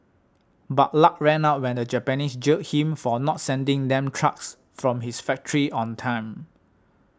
but luck ran out when the Japanese jailed him for not sending them trucks from his factory on time